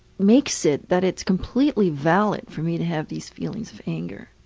makes it that it's completely valid for me to have these feelings of anger.